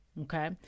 Okay